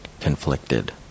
conflicted